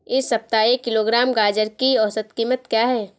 इस सप्ताह एक किलोग्राम गाजर की औसत कीमत क्या है?